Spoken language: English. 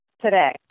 today